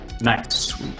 Nice